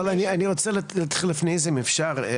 אני רוצה להתחיל לפני זה אם אפשר.